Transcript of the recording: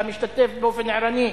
אתה משתתף באופן ערני,